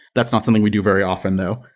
that's not something we do very often though.